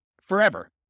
forever